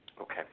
Okay